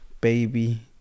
baby